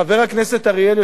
חבר הכנסת אריאל,